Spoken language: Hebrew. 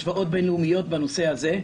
השוואות בין-לאומיות בנושא הזה.